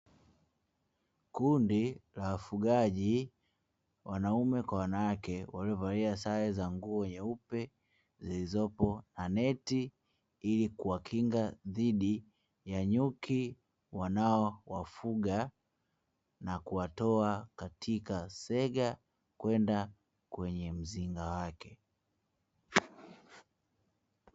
Kundi la wafugaji wanaume kwa wanawake waliovalia sare za nguo nyeupe zilizopo na neti ili kuwakinga dhidi ya nyuki wanaowafuga na kuwatoa katika sega, kwenda kwenye mzinga wake.